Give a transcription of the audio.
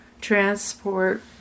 transport